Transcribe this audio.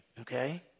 Okay